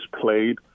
played